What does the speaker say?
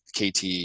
KT